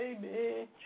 baby